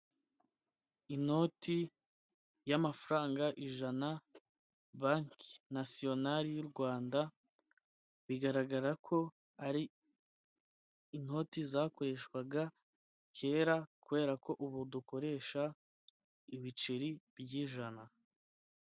Inoti y'amafaranga ijana, banki nasiyonari y'u Rwanda bigaragara ko ari inoti zakoreshwaga kera, kubera ko ubu dukoresha ibiceri by'ijana.